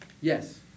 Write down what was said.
Yes